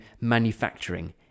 manufacturing